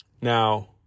Now